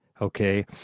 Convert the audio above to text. okay